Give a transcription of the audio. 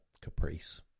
Caprice